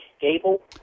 Gable